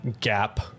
gap